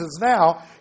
now